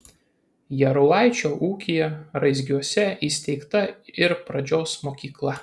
jarulaičio ūkyje raizgiuose įsteigta ir pradžios mokykla